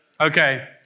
Okay